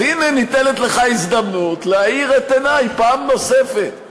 הנה ניתנת לך הזדמנות להאיר את עיני פעם נוספת.